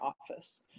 office